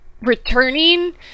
returning